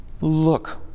look